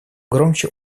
громче